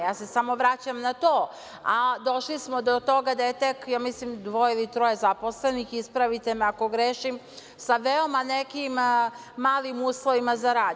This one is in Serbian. Ja se samo vraćam na to, a došli smo do toga da je tek, ja mislim dvoje ili troje zaposlenih, ispravite me ako grešim, sa veoma nekim malim uslovima za rad.